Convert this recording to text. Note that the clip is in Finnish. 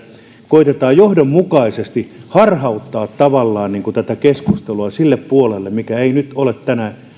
koetetaan johdonmukaisesti tavallaan harhauttaa tätä keskustelua sille puolelle mikä ei nyt ole tänä